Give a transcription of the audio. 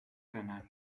renal